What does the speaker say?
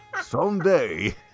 Someday